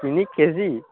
তিনি K G